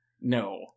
No